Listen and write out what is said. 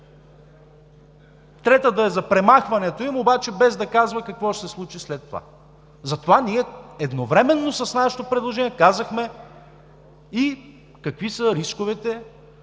трета да е за премахването им, обаче без да казва какво ще се случи след това. Затова ние едновременно с нашето предложение казахме и какви са рисковете